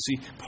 See